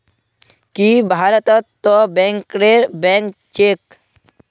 की भारतत तो बैंकरेर बैंक छेक